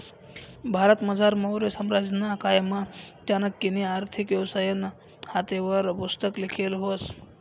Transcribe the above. भारतमझार मौर्य साम्राज्यना कायमा चाणक्यनी आर्थिक व्यवस्थानं हातेवरी पुस्तक लिखेल व्हतं